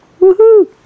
Woohoo